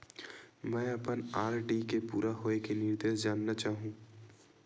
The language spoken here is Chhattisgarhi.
मैं अपन आर.डी के पूरा होये के निर्देश जानना चाहहु